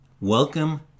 welcome